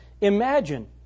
Imagine